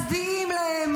אנחנו מצדיעים להם.